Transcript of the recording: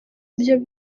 byo